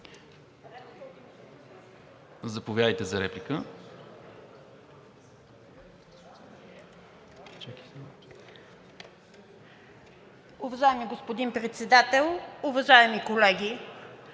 Заповядайте за реплика.